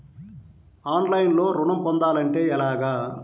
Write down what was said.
ఆన్లైన్లో ఋణం పొందాలంటే ఎలాగా?